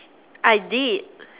I did